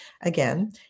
again